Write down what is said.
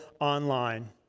online